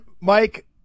Mike